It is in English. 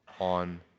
on